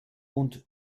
und